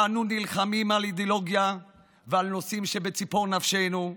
אנו נלחמים על אידיאולוגיה ועל נושאים שבציפור נפשנו,